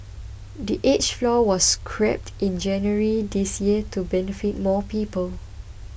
the age floor was scrapped in January this year to benefit more people